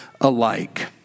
alike